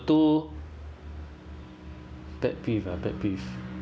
two pet peeve ah pet peeve